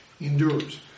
endures